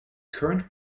current